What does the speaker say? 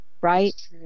Right